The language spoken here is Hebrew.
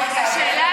הכתובת.